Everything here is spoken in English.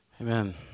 Amen